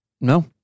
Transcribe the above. No